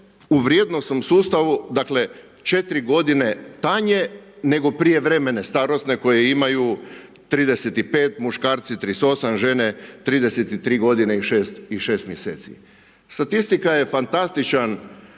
u vrijednosnom sustavu dakle, 4 godine tanje nego prijevremene starosne koje imaju 35, muškarci 38, žene 33 godine i 6 mjeseci. Statistika je fantastičan,